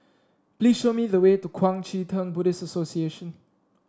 please show me the way to Kuang Chee Tng Buddhist Association